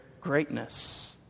greatness